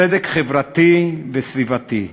צדק חברתי וסביבתי,